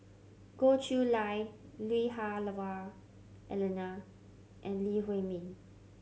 Goh Chiew Lye Lui Hah Wah Elena and Lee Huei Min